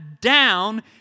down